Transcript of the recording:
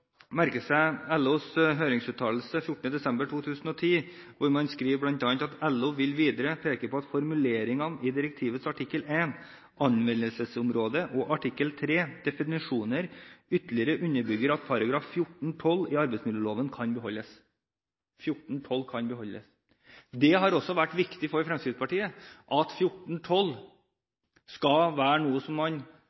seg LOs høringsuttalelse 7. desember 2010, hvor man skriver bl.a. at «LO vil videre peke på at formuleringene i direktivets artikkel 1 – anvendelsesområde og artikkel 3 – definisjoner ytterligere underbygger at § 14-12 kan beholdes.» «§ 14-12 kan beholdes» – det har også vært viktig for Fremskrittspartiet at